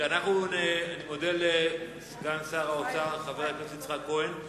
אני מודה לסגן שר האוצר, חבר הכנסת יצחק כהן.